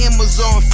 Amazon